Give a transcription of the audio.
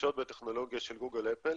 שמשתמשות בטכנולוגיה של גוגל ואפל,